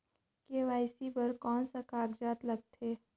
KYC बर कौन का कागजात लगथे?